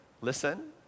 listen